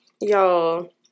Y'all